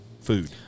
food